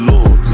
Lord